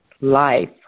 life